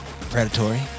predatory